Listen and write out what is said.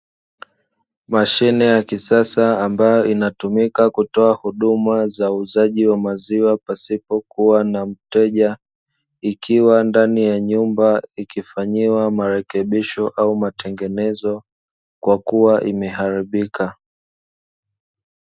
Mashine ya kisasa ambayo inatumika kutoa huduma za huuzaji wa maziwa, pasipokuwa na mteja ikiwa ndani ya nyumba ikifanyiwa marekebisho au matengenezo kwa kuwa imeharibika.